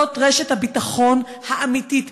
זאת רשת הביטחון האמיתית,